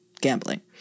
gambling